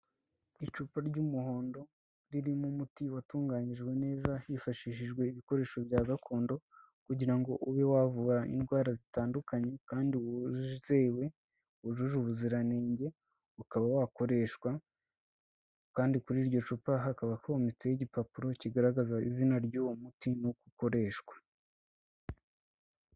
Icupa ry'umuhondo, ririmo umuti watunganyijwe neza hifashishijwe ibikoresho bya gakondo, kugira ngo ube wavura indwara zitandukanye, kandi wizewe, wujuje ubuziranenge, ukaba wakoreshwa, kandi kuri iryo cupa hakaba hometseho igipapuro kigaragaza izina ry'uwo muti, n'uko ukoreshwa.